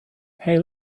hey